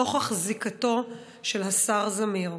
נוכח זיקתו של השר זמיר.